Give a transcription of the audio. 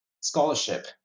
scholarship